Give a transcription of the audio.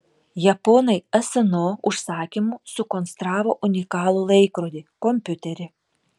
japonai sno užsakymu sukonstravo unikalų laikrodį kompiuterį